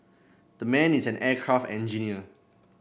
that man is an aircraft engineer